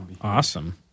awesome